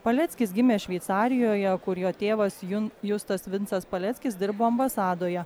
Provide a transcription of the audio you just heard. paleckis gimė šveicarijoje kur jo tėvas jun justas vincas paleckis dirbo ambasadoje